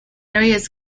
areas